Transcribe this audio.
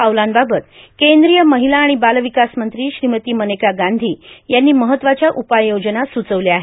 पावलांबाबत केंद्रीय महिला आणि बालविकास मंत्री श्रीमती मनेका संजय गांधी यांनी महत्वाच्या उपाय योजना सुचविल्या आहेत